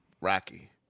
Rocky